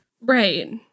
Right